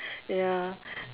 ya